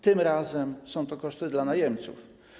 Tym razem są to koszty dla najemców.